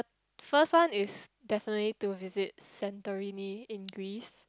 first one is definitely to visit Santorini in Greece